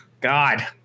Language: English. God